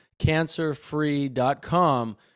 Cancerfree.com